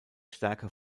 stärker